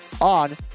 on